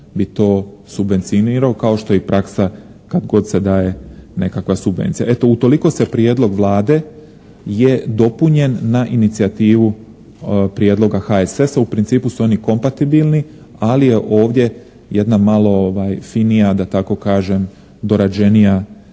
bi to subvencionirao, kao što je i praksa kad god se daje nekakva subvencija. Eto u toliko se prijedlog Vlade je dopunjen na inicijativu prijedloga HSS-a. U principu su oni kompatibilni ali je ovdje jedna malo finija da tako kažem, dorađenija